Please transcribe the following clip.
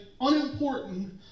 Unimportant